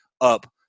up